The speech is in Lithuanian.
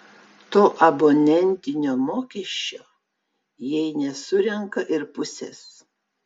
to abonentinio mokesčio jei nesurenka ir pusės